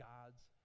God's